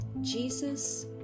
Jesus